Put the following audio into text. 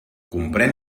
comprèn